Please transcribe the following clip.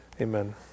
Amen